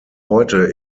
heute